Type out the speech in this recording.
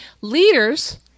leaders